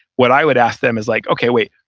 what i would ask them is, like okay, wait